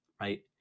right